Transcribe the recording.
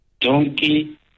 donkey